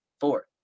four